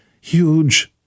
Huge